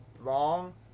long